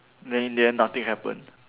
then in the end nothing happen